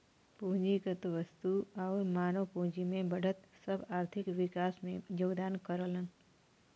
पूंजीगत वस्तु आउर मानव पूंजी में बढ़त सब आर्थिक विकास में योगदान करलन